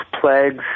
Plagues